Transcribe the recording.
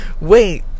Wait